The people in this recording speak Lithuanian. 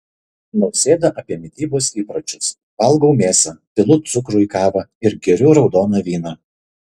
nausėda apie mitybos įpročius valgau mėsą pilu cukrų į kavą ir geriu raudoną vyną